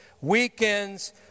weekends